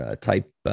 type